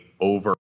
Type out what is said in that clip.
over